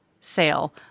sale